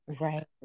Right